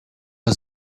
are